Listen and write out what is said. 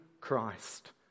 Christ